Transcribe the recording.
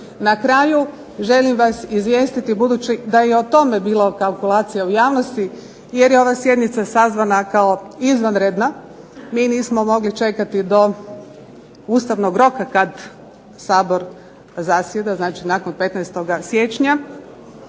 Na kraju želim vas izvijestiti budući da je i o tome bilo kalkulacija u javnosti jer je ova sjednica sazvana kao izvanredna, mi nismo mogli čekati do ustavnog roka kad Sabor zasjeda, znači nakon 15. siječnja